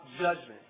judgment